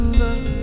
look